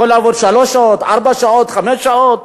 יכול לעבוד שלוש שעות, ארבע שעות, חמש שעות?